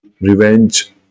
revenge